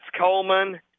Coleman